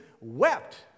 wept